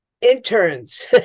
interns